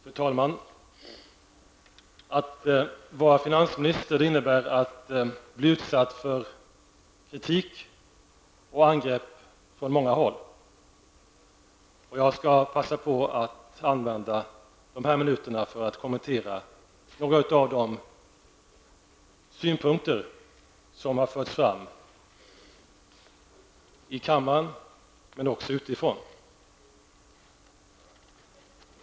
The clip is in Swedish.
Fru talman! Att vara finansminister innebär att bli utsatt för kritik och angrepp från många håll. Jag skall passa på att använda de här minuterna för att kommentera några av de synpunkter som har förts fram i kammaren, men också utifrån.